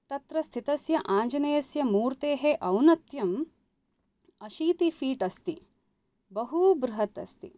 तत्र स्थितस्य आञ्जनेयस्य मूर्तेः औन्नत्यम् अशीति फीट् अस्ति बहू बृहत् अस्ति